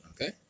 okay